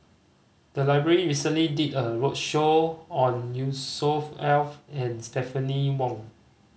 the library recently did a roadshow on Yusnor Ef and Stephanie Wong